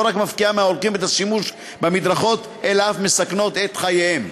לא רק מפקיעה מההולכים את השימוש במדרכות אלא אף מסכנת את חייהם.